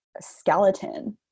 skeleton